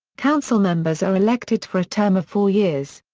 council members are elected for a term of four years.